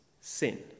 sin